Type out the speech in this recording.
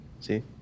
See